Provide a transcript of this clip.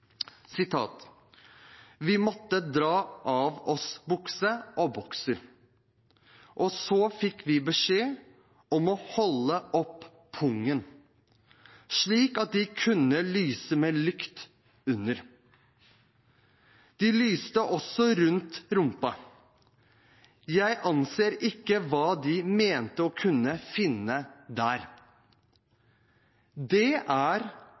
måtte dra av oss bukse og bokser, og så fikk vi beskjed om å holde opp pungen, slik at de kunne lyse med lykt under. De lyste også rundt rumpen. Jeg aner ikke hva de mente å kunne finne der.» Det er alvorlig maktmisbruk fra betjentene som hadde dette oppdraget. Denne interpellasjonen er